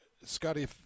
Scotty